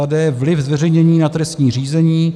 d) vliv zveřejnění na trestní řízení,